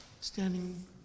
standing